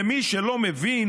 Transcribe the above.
למי שלא מבין,